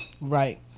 Right